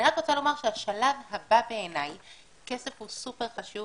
אני רק רוצה לומר, כסף הוא סופר חשוב